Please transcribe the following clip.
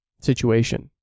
situation